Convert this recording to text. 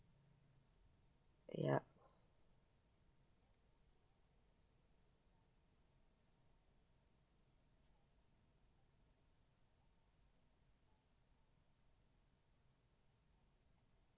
yup